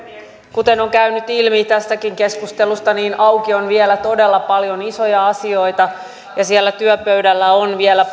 kuten on käynyt ilmi tästäkin keskustelusta auki on vielä todella paljon isoja asioita ja siellä työpöydällä on vielä